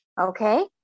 okay